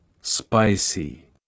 spicy